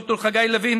ד"ר חגי לוין,